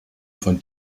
von